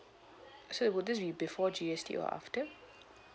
so would this be before G_S_T or after